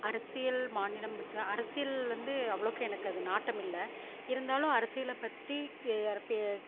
அரசியல் மாநிலம் அரசியல் வந்து அவ்வளோக்கு எனக்கு அது நாட்டம் இல்லை இருந்தாலும் அரசியலை பற்றி